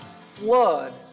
flood